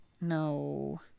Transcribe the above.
no